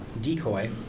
Decoy